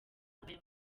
bambaye